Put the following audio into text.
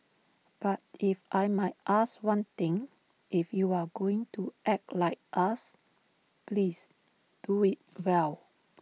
but if I might ask one thing if you are going to act like us please do IT well